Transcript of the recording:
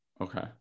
Okay